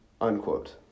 Unquote